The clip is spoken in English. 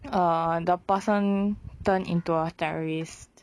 err the person turn into a terrorist